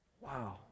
Wow